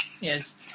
Yes